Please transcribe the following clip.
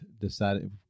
decided